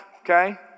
okay